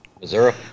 Missouri